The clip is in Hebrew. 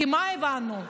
מה הבנו?